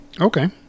Okay